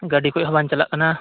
ᱜᱟᱹᱰᱤ ᱠᱚ ᱦᱚᱸ ᱵᱟᱝ ᱪᱟᱞᱟᱜ ᱠᱟᱱᱟ